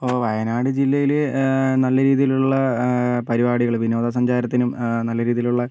ഇപ്പോൾ വയനാട് ജില്ലയിൽ നല്ല രീതിയിലുള്ള പരിപാടികൾ വിനോദ സഞ്ചാരത്തിനും നല്ല രീതിയിലുള്ള